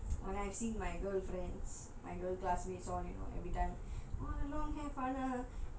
and I've seen my girlfriends my girl classmates all you know everytime !wah! long hair farhanah